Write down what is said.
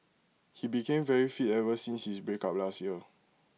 he became very fit ever since his breakup last year